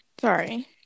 Sorry